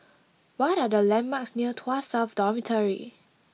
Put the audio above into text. what are the landmarks near Tuas South Dormitory